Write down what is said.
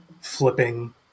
Flipping